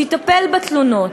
שיטפל בתלונות.